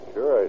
Sure